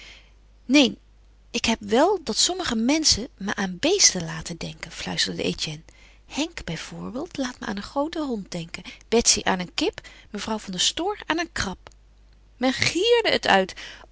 neen ik heb wel dat sommige menschen me aan beesten laten denken fluisterde etienne henk bij voorbeeld laat me aan een grooten hond denken betsy aan een kip mevrouw van der stoor aan een krab men gierde het uit